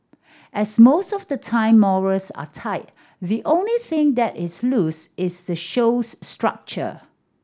as most of the time morals are tight the only thing that is loose is the show's structure